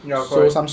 ya correct